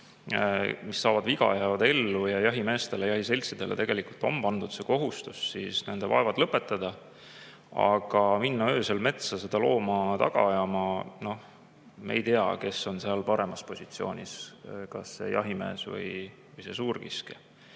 kes saavad viga, jäävad ellu. Jahimeestele, jahiseltsidele on pandud kohustus nende vaevad lõpetada. Aga minna öösel metsa seda looma taga ajama – me ei tea, kes on seal paremas positsioonis, kas jahimees või suurkiskja.